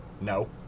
No